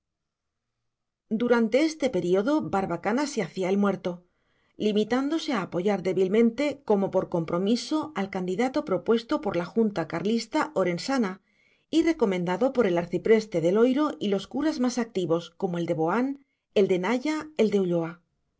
durante este periodo barbacana se hacía el muerto limitándose a apoyar débilmente como por compromiso al candidato propuesto por la junta carlista orensana y recomendado por el arcipreste de loiro y los curas más activos como el de boán el de naya el de ulloa